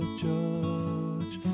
judge